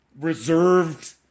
reserved